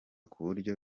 kuburyo